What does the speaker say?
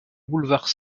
boulevard